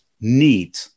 need